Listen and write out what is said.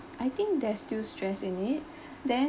I think there's still stress in it then